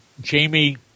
Jamie